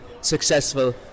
successful